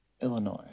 Illinois